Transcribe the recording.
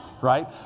Right